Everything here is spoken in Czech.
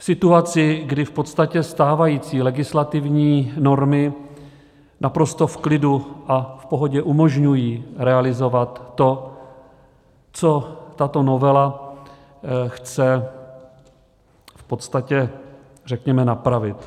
V situaci, kdy v podstatě stávající legislativní normy naprosto v klidu a v pohodě umožňují realizovat to, co tato novela chce v podstatě, řekněme, napravit.